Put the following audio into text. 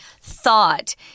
thought